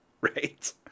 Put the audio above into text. right